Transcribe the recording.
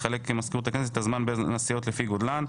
תחלק מזכירות הכנסת את הזמן בין הסיעות לפי גודלן.